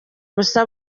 busa